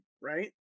right